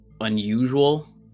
unusual